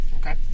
Okay